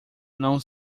não